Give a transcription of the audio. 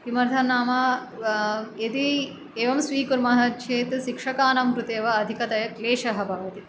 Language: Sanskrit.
किमर्थं नाम यदि एवं स्वीकुर्मः चेत् शिक्षकानं कृते वा अधिकतया क्लेशः भवति